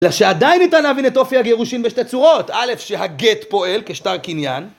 אלא שעדיין ניתן להבין את אופי הגירושין בשתי צורות. א', שהגט פועל כשטר קניין